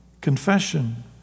confession